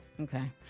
Okay